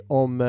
om